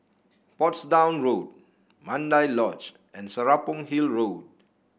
Portsdown Road Mandai Lodge and Serapong Hill Road